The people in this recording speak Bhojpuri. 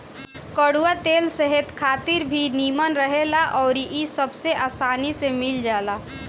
कड़ुआ तेल सेहत खातिर भी निमन रहेला अउरी इ सबसे आसानी में मिल जाला